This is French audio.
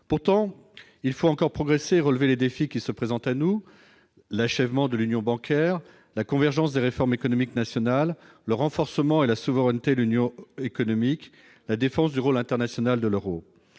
pourtant, il faut encore progresser, relever les défis qui se présentent à nous, l'achèvement de l'union bancaire la convergence des réformes économiques nationales le renforcement et la souveraineté, l'union économique, la défense du rôle international de l'Euro,